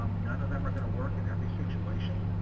um none of them are going to work in every situation.